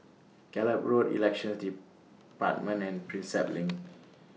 Gallop Road Elections department and Prinsep LINK